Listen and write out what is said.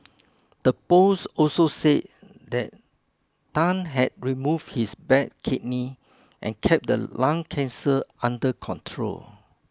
the post also said that Tan had removed his bad kidney and kept the lung cancer under control